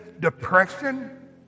depression